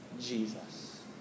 Jesus